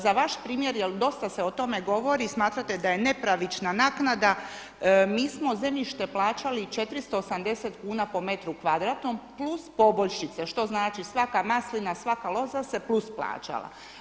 Za vaš primjer jel dosta se o tome govori smatrate da je nepravična naknada, mi smo zemljište plaćali 480 kuna po metru kvadratnom plus poboljšice, što znači svaka maslina, svaka loza se plus plaćala.